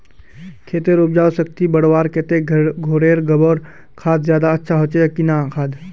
खेतेर उपजाऊ शक्ति बढ़वार केते घोरेर गबर खाद ज्यादा अच्छा होचे या किना खाद?